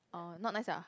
orh not nice ah